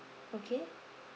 okay